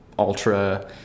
Ultra